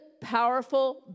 powerful